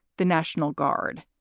the national guard.